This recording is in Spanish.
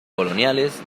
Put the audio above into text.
coloniales